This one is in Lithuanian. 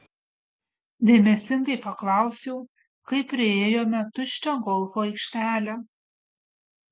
dėmesingai paklausiau kai priėjome tuščią golfo aikštelę